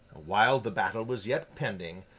while the battle was yet pending,